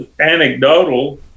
anecdotal